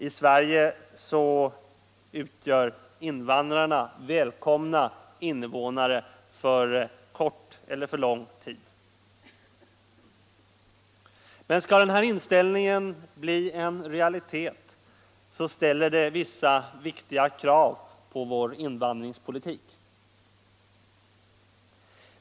I vårt land utgör invandrarna välkomna invånare för kort eller lång tid. Om denna inställning skall bli en realitet måste man ställa vissa viktiga krav på vår invandringspolitik.